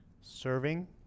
serving